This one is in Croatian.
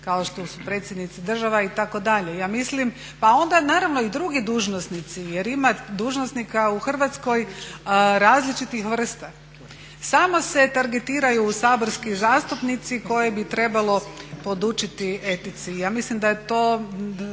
kao što su predsjednici država itd. Ja mislim, pa onda naravno i drugi dužnosnici jer ima dužnosnika u Hrvatskoj različitih vrsta. Samo se targetiraju saborski zastupnici koje bi trebalo podučiti etici. Ja mislim da je to